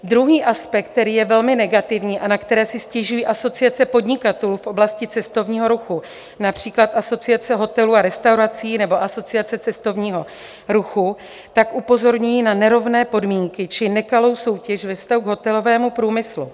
Druhý aspekt, který je velmi negativní a na který si stěžují asociace podnikatelů v oblasti cestovního ruchu, například Asociace hotelů a restaurací nebo Asociace cestovního ruchu, tak upozorňují na nerovné podmínky či nekalou soutěž ve vztahu k hotelovému průmyslu.